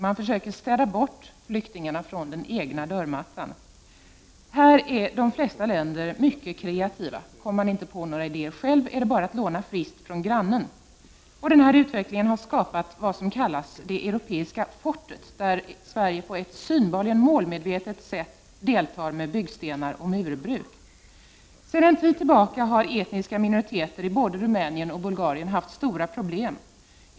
Man försöker städa bort flyktingarna från den egna dörrmattan. Här är de flesta länder mycket kreativa. Kommer man inte på några idéer själv är det bara att låna friskt från grannlandet. Denna utveckling har skapat vad som kallas det europeiska fortet, där Sverige på ett synbarligen målmedvetet sätt deltar med byggstenar och murbruk. Sedan en tid tillbaka har etniska minoriteter i både Rumänien och Bulgarien haft stora problem.